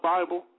Bible